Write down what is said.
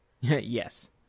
Yes